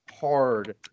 hard